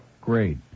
Great